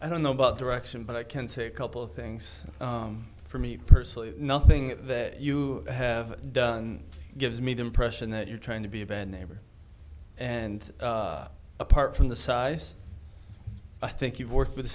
i don't know about direction but i can say a couple of things for me personally nothing that you have done gives me the impression that you're trying to be a bad neighbor and apart from the size i think you've worked